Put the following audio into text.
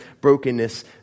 brokenness